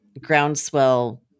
Groundswell